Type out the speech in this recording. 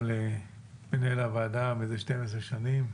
מנהל הוועדה מזה 12 שנים,